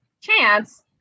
chance